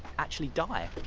actually die!